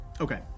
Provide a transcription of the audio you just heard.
Okay